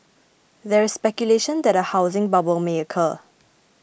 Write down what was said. there is speculation that a housing bubble may occur